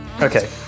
Okay